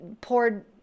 poured